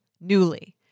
Newly